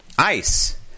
ICE